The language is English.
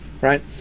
Right